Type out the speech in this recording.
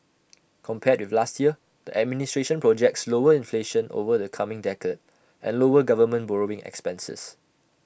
compared with last year the administration projects lower inflation over the coming decade and lower government borrowing expenses